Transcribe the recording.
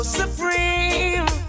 supreme